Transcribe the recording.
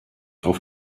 auf